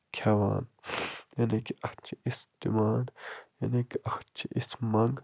کھٮ۪وان یعنی کہ اتھ چھِ یِژھ ڈِمانٛڈ یعنی کہ اتھ چھِ یِژھ مَنگ